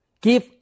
give